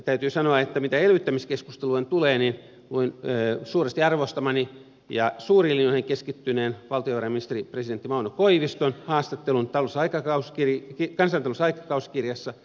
täytyy sanoa että mitä elvyttämiskeskusteluun tulee niin luin suuresti arvostamani ja suuriin linjoihin keskittyneen valtiovarainministeri presidentti mauno koiviston haastattelun kansantaloudellisesta aikakauskirjasta